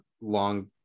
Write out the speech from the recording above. long